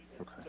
okay